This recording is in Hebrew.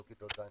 כל כיתות ז',